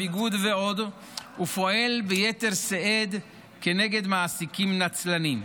הביגוד ועוד ופועל ביתר שאת כנגד מעסיקים נצלנים.